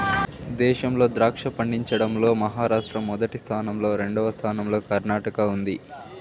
దేశంలో ద్రాక్ష పండించడం లో మహారాష్ట్ర మొదటి స్థానం లో, రెండవ స్థానం లో కర్ణాటక ఉంది